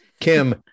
Kim